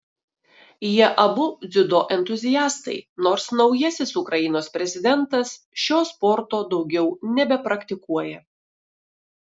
jie abu dziudo entuziastai nors naujasis ukrainos prezidentas šio sporto daugiau nebepraktikuoja